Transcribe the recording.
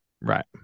Right